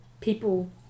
people